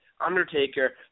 Undertaker